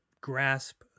grasp